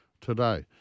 today